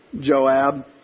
Joab